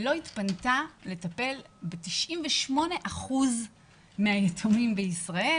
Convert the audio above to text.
ולא התפנתה לטפל ב-98% ממשפחות היתומים בישראל